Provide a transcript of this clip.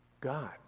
God